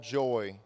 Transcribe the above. joy